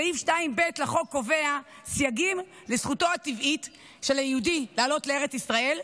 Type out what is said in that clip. סעיף 2(ב) לחוק קובע סייגים לזכותו הטבעית של היהודי לעלות לארץ ישראל,